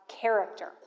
character